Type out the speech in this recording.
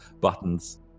buttons